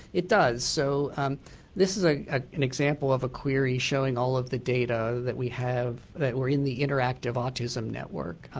it does. so this is ah ah an example of a query showing all the data that we have that were in the interactive autism network,